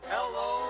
Hello